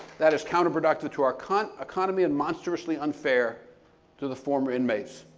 that is counterproductive to our kind of economy and monstrously unfair to the former inmates,